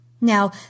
Now